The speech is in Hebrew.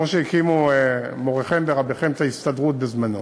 כמו שהקימו מוריכם ורביכם את ההסתדרות בזמנה,